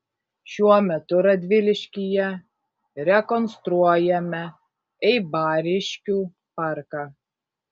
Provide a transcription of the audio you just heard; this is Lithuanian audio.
šiuo metu radviliškyje rekonstruojame eibariškių parką